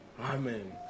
Amen